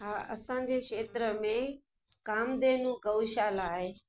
हा असांजे खेत्र में कामधेनु गऊशाला आहे